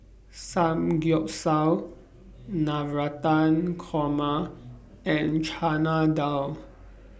Samgeyopsal Navratan Korma and Chana Dal